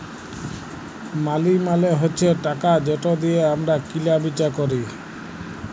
মালি মালে হছে টাকা যেট দিঁয়ে আমরা কিলা বিচা ক্যরি